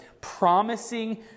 promising